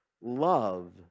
love